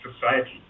society